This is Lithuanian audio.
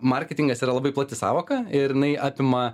marketingas yra labai plati sąvoka ir jinai apima